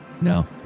no